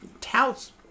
touts